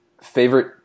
favorite